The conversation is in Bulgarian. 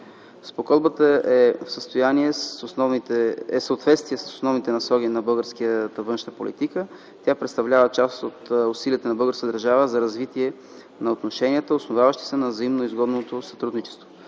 Спогодбата е в съответствие с основните насоки на българската външна политика. Тя представлява част от усилията на българската държава за развитие на отношенията, основаващи се на взаимноизгодното сътрудничество.